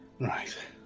Right